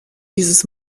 dieses